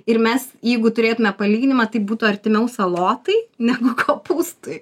ir mes jeigu turėtume palyginimą tai būtų artimiau salotai negu kopūstui